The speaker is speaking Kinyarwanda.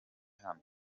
hano